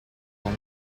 warm